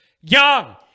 young